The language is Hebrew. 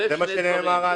זה מה שנאמר עד כה.